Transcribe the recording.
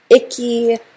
icky